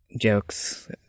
jokes